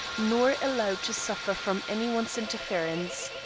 nor allowed to suffer from any one's interference.